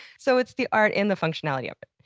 so, it's the art and the functionality of it.